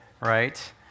right